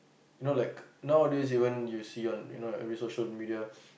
you know like nowadays even you see on you know social media